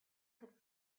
could